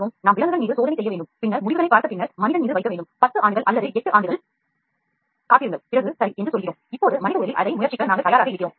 இங்கே நாம் விலங்குகள் மீது சோதனை செய்து முடிவுகளைப் பார்த்து பின்னர் மனிதன் மீது செயல்படுத்துவோம் 8 அல்லது 10 ஆண்டுகள் காத்திருந்து பிறகு மனித உடலில் அதை முயற்சிக்க தயாராகிறோம்